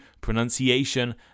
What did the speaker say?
pronunciation